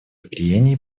прений